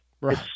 Right